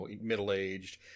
middle-aged